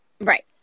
Right